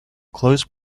closed